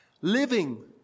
living